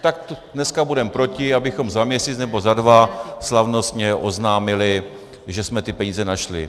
Tak dneska budeme proti, abychom za měsíc nebo za dva slavnostně oznámili, že jsme ty peníze našli.